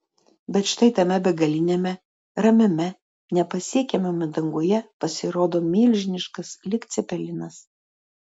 bet štai tame begaliniame ramiame nepasiekiamame danguje pasirodo milžiniškas lyg cepelinas